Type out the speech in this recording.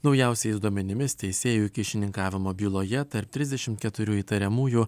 naujausiais duomenimis teisėjų kyšininkavimo byloje tarp trisdešimt keturių įtariamųjų